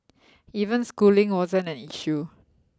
even schooling wasn't an issue